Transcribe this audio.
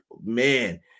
Man